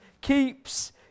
keeps